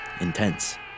Intense